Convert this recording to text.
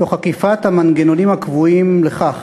תוך עקיפת המנגנונים הקבועים לכך,